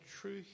true